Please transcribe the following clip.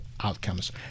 outcomes